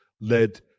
led